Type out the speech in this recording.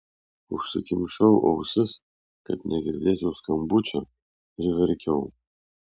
užsikimšau ausis kad negirdėčiau skambučio ir verkiau